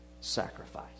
Sacrifice